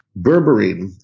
Berberine